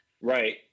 Right